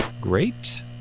Great